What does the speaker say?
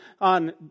on